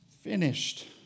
finished